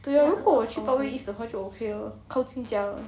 对 lor 如果是 parkway east 的话就 okay lor 靠近家 mah